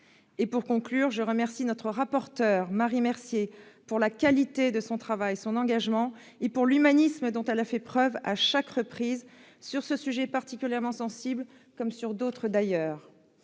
Pour conclure, je remercie notre rapporteur, Marie Mercier, de la qualité de son travail, de son engagement et de l'humanisme dont elle a fait preuve, à chaque reprise, sur ce sujet particulièrement sensible, comme sur d'autres d'ailleurs.